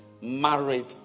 married